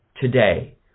today